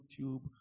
YouTube